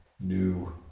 new